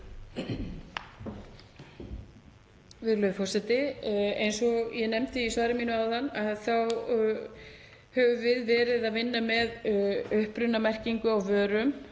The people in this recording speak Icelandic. Virðulegur forseti. Eins og ég nefndi í svari mínu áðan þá höfum við verið að vinna með upprunamerkingar á vörum